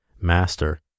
Master